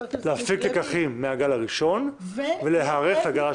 להפיק לקחים מהגל הראשון ולהיערך לגל השני.